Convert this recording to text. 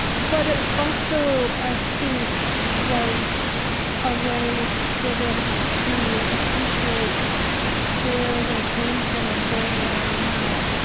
but it also, i think, was a way for them to appreciate where they came from and where they are now.